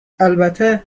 البته